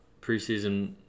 preseason